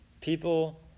people